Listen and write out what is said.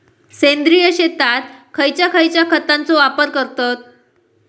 सेंद्रिय शेतात खयच्या खयच्या खतांचो वापर करतत?